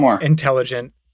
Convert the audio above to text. intelligent